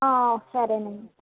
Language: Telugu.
సరేనండి